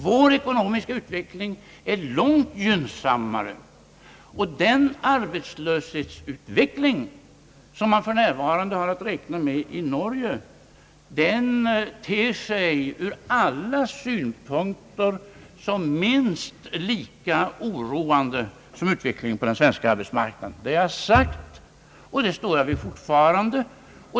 Vår ekonomiska utveckling är långt gynnsammare. Den arbetslöshetsutveckling, som man för närvarande har att räkna med i Norge, ter sig ur alla synpunkter som minst lika oroande som utvecklingen på den svenska arbetsmarknaden. Det har jag sagt, och det står jag vid fortfarande.